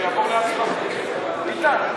ביטן,